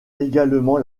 également